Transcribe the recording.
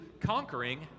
conquering